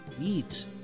eat